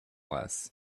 less